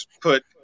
put